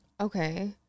Okay